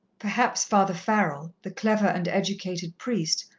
perhaps father farrell, the clever and educated priest,